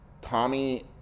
Tommy